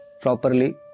properly